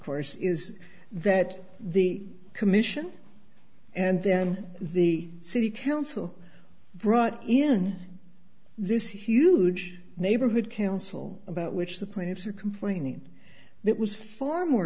course is that the commission and then the city council brought in this huge neighborhood council about which the plaintiffs are complaining that was far more